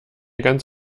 ganz